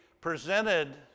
presented